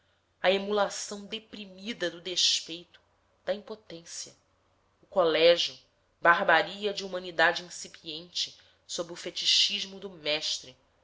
a emulação deprimida do despeito a impotência o colégio barbaria de humanidade incipiente sob o fetichismo do mestre